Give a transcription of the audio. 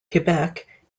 quebec